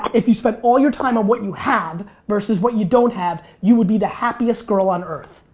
if you spent all your time on what you have versus what you don't have you would be the happiest girl on earth.